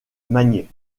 magnier